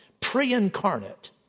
pre-incarnate